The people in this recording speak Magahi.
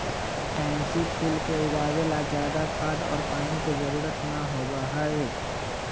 पैन्सी फूल के उगावे ला ज्यादा खाद और पानी के जरूरत ना होबा हई